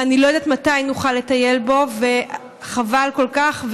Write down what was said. ואני לא יודעת מתי נוכל לטייל בו וחבל כל כך,